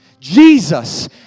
Jesus